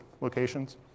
locations